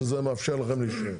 שזה מאפשר לכם להישאר.